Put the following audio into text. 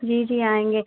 जी जी आएंगे